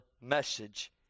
message